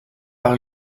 par